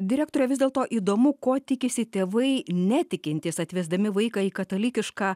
direktore vis dėlto įdomu ko tikisi tėvai netikintys atvesdami vaiką į katalikišką